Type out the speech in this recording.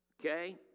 Okay